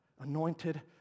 anointed